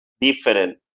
different